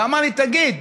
ואמר לי: תגיד,